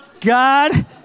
God